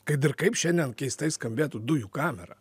kad ir kaip šiandien keistai skambėtų dujų kamera